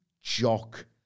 jock